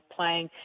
playing